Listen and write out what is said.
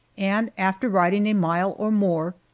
and, after riding a mile or more,